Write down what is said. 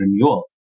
renewal